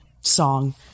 song